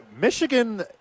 Michigan